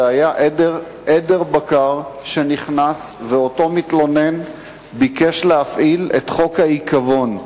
זה היה עדר בקר שנכנס ואותו מתלונן ביקש להפעיל את חוק העיכבון,